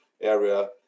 area